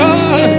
God